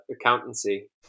accountancy